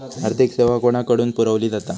आर्थिक सेवा कोणाकडन पुरविली जाता?